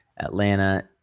atlanta